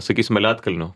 sakysime ledkalniu